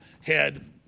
head